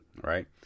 right